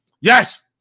Yes